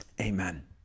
Amen